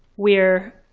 we're